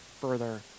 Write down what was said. further